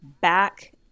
back